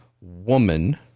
woman